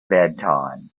bedtime